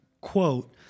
quote